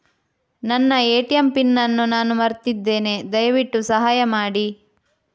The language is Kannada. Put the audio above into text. ನನ್ನ ಎ.ಟಿ.ಎಂ ಪಿನ್ ಅನ್ನು ನಾನು ಮರ್ತಿದ್ಧೇನೆ, ದಯವಿಟ್ಟು ಸಹಾಯ ಮಾಡಿ